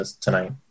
tonight